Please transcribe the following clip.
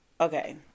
Okay